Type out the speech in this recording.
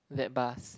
that bus